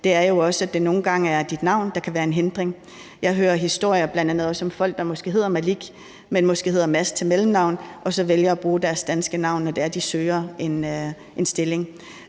på, er jo også, at det nogle gange er dit navn, der kan være en hindring. Jeg hører bl.a. historier om folk, der måske hedder Malik, men som måske også hedder Mads til mellemnavn, og som så vælger at bruge deres danske navn, når det er sådan,